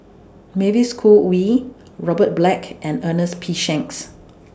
Mavis Khoo Oei Robert Black and Ernest P Shanks